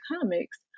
comics